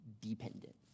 dependent